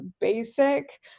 basic